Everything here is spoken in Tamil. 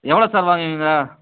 எவ்வளோ சார் வாங்குவீங்க